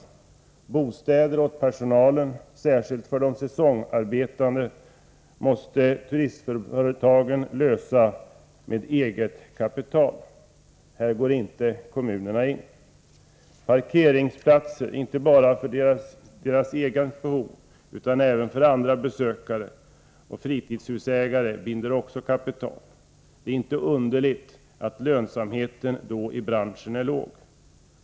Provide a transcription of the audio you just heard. Frågan om bostäder och personalen, särskilt för de säsonganställda, måste turistföretagaren lösa med eget kapital. Här går inte kommunerna in. Parkeringsplatser, inte bara för deras egna behov, utan även för andra besökare och fritidshusägare, binder också kapital. Det är då inte underligt att lönsamheten i branschen är låg.